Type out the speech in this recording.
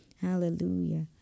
Hallelujah